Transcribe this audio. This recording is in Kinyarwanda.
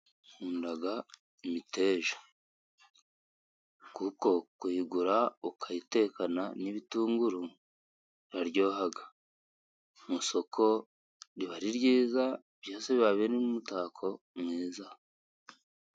Nkunda imiteja kuko kuyigura ukayitekana n'ibitunguru biryoha. Mu isoko biba ari ryiza, byose bibamo n'umutako mwiza.